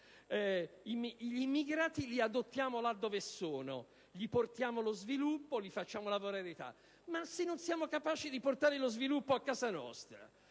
gli immigrati li adottiamo là dove sono, portiamo loro lo sviluppo, li facciamo lavorare là. Ma se non siamo capaci di portare lo sviluppo a casa nostra,